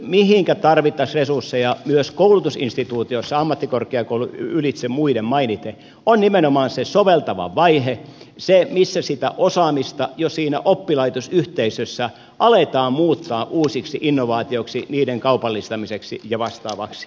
mihinkä nyt tarvittaisiin resursseja myös koulutusinstituutiossa ammattikorkeakoulut ylitse muiden mainiten on nimenomaan se soveltava vaihe se missä sitä osaamista jo siinä oppilaitosyhteisössä aletaan muuttaa uusiksi innovaatioiksi niiden kaupallistamiseksi ja vastaavaksi